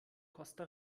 costa